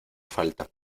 falta